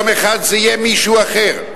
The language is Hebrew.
יום אחד זה יהיה מישהו אחר.